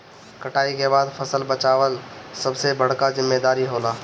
कटाई के बाद फसल बचावल सबसे बड़का जिम्मेदारी होला